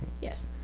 Yes